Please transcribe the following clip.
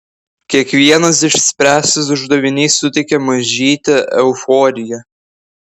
kiekvienas išspręstas uždavinys suteikia mažytę euforiją